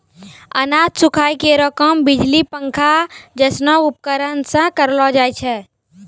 अनाज सुखाय केरो काम बिजली पंखा जैसनो उपकरण सें करलो जाय छै?